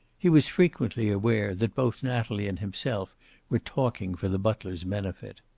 he was frequently aware that both natalie and himself were talking for the butler's benefit.